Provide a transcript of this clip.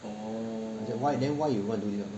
then I say why you